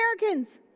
Americans